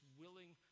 willing